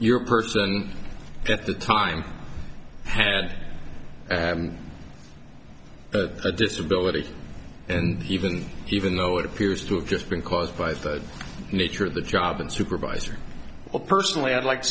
your person at the time had a disability and even even though it appears to have just been caused by the nature of the job and supervisor personally i'd like to